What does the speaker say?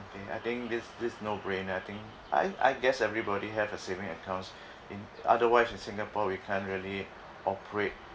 okay I think this this no brainer I think I I guess everybody have a saving account in otherwise in singapore we can't really operate